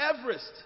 Everest